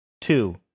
Two